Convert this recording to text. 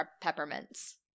peppermints